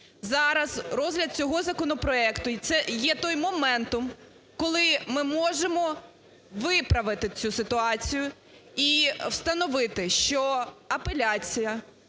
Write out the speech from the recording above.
Зараз розгляд цього законопроекту, і це є той момент, коли ми можемо виправити цю ситуацію і встановити, що апеляція